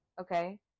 Okay